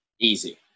easy